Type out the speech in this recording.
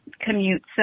commute